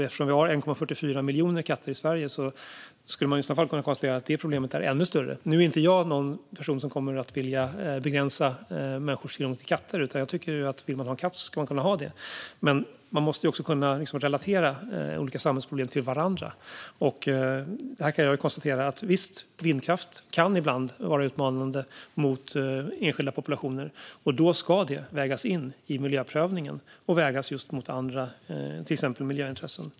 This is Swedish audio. Eftersom vi har 1,44 miljoner katter i Sverige skulle man i sådana fall kunna konstatera att det problemet är ännu större. Nu är inte jag någon person som kommer att vilja begränsa människors tillgång till katter. Vill man ha en katt ska man kunna ha det. Men man måste kunna relatera olika samhällsproblem till varandra. Här kan jag konstatera att vindkraft ibland kan vara utmanande mot enskilda populationer. Då ska det vägas in i miljöprövningen och vägas just mot till exempel andra miljöintressen.